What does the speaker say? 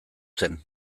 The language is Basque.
zen